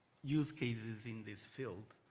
use cases in this field?